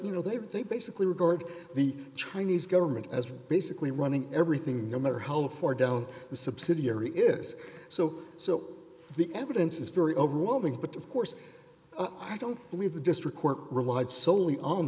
you know they were they basically regard the chinese government as basically running everything no matter how far down the subsidiary is ringback so so the evidence is very overwhelming but of course i don't believe the district court relied soley on